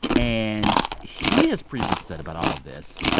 and he has previously said about all of this,